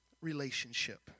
relationship